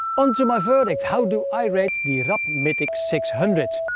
on to my verdict. how do i rate the rab mythic six hundred?